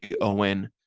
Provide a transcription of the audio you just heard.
Owen